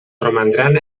romandran